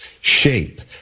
shape